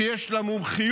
שיש לה מומחיות,